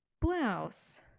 blouse